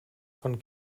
von